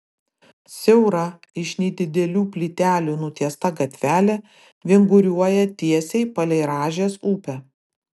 siaura iš nedidelių plytelių nutiesta gatvelė vinguriuoja tiesiai palei rąžės upę